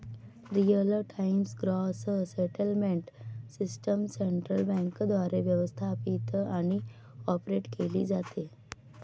real time gross settlement system central बँकेद्वारे व्यवस्थापित आणि ऑपरेट केली जाते